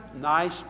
nice